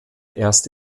erst